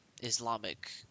Islamic